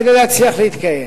כדי להצליח להתקיים,